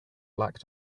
black